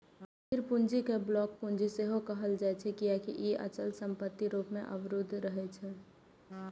स्थिर पूंजी कें ब्लॉक पूंजी सेहो कहल जाइ छै, कियैकि ई अचल संपत्ति रूप मे अवरुद्ध रहै छै